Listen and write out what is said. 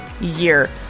year